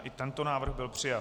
I tento návrh byl přijat.